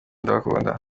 ndabakunda